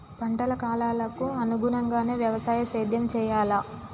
పంటల కాలాలకు అనుగుణంగానే వ్యవసాయ సేద్యం చెయ్యాలా?